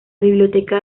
biblioteca